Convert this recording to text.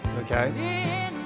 okay